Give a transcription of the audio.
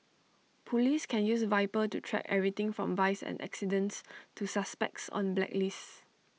Police can use Viper to track everything from vice and accidents to suspects on blacklists